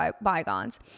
bygones